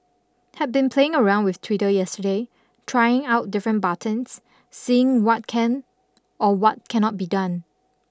had been playing around with Twitter yesterday trying out different buttons seeing what can or what cannot be done